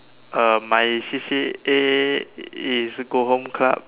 uh my C_C_A is go home club